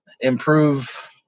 Improve